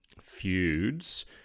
feuds